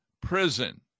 prison